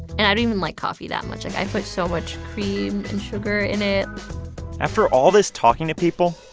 and i don't even like coffee that much. i put so much cream and sugar in it after all this talking to people,